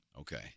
Okay